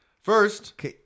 First